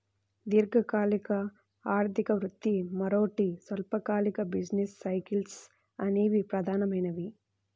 దీర్ఘకాలిక ఆర్థిక వృద్ధి, మరోటి స్వల్పకాలిక బిజినెస్ సైకిల్స్ అనేవి ప్రధానమైనవి